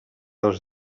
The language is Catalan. els